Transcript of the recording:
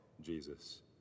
Jesus